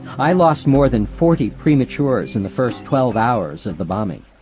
i lost more than forty premature's in the first twelve hours of the bombing.